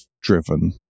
driven